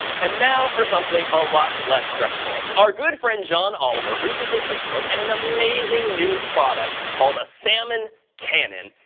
and now for something a lot less stressful. our good friend john oliver recently took a look at an amazing new product called a salmon cannon.